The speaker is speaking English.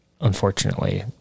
unfortunately